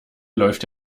läuft